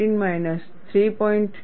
15 minus 3